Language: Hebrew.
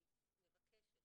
אני מבקשת,